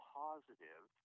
positive